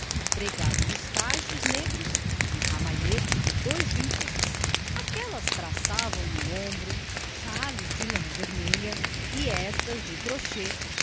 pregado nos cachos negros um ramalhete de dois vinténs aquelas trancavam no ombro xales de lã vermelha e estas de crochê